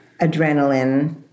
adrenaline